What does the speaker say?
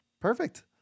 Perfect